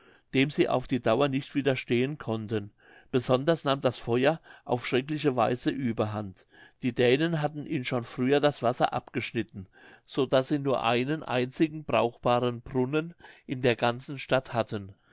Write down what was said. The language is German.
dem sie auf die dauer nicht widerstehen konnten besonders nahm das feuer auf schreckliche weise überhand die dänen hatten ihnen schon früher das wasser abgeschnitten so daß sie nur einen einzigen brauchbaren brunnen in der ganzen stadt hatten